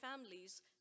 families